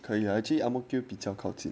可以 actually ang mo kio 比较靠近